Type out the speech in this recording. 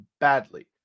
badly